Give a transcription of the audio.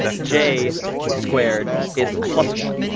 j squared is plus one.